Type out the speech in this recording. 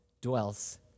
dwells